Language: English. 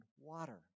water